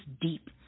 deep